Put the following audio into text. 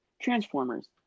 Transformers